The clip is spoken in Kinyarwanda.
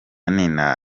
nina